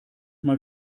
mal